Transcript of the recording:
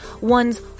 one's